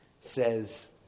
says